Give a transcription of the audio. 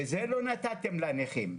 וזה לא נתתם לנכים.